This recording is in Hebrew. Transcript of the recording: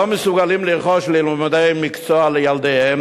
לא מסוגלים לרכוש לימודי מקצוע לילדיהם,